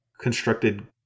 constructed